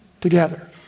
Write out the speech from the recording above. together